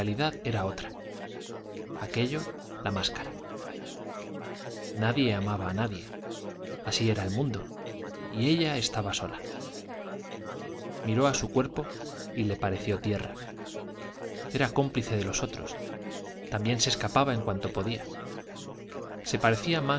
era otra aquello la máscara nadie amaba a nadie así era el mundo y ella estaba sola miró a su cuerpo y le pareció tierra era cómplice de los otros también se escapaba en cuanto podía se parecía